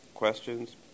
questions